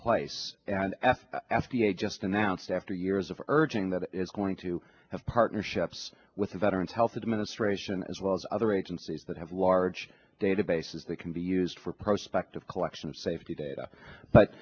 place and f d a just announced after years of urging that it is going to have partnerships with the veterans health administration as well as other agencies that have large databases that can be used for prospective collection of safety data but